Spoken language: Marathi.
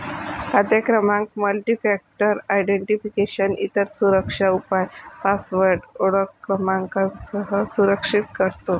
खाते क्रमांक मल्टीफॅक्टर आयडेंटिफिकेशन, इतर सुरक्षा उपाय पासवर्ड ओळख क्रमांकासह संरक्षित करतो